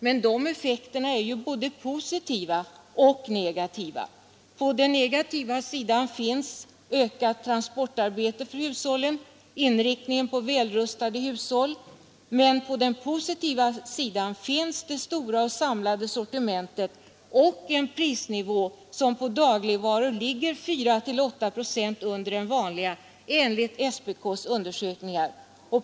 Men dessa effekter är ju både positiva och negativa. På den negativa sidan finns ökat transportarbete för hushållen, inriktningen på välutrustade hushåll, men på den positiva sidan finns det stora och samlade sortimentet och en prisnivå som på dagligvaror ligger 4—8 procent under den vanliga enligt SPK:s undersökningar.